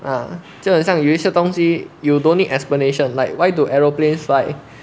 嗯就很像有一些东西 you don't need explanation like why do aeroplane fly